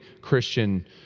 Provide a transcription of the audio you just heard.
Christian